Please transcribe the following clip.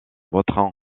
vautrin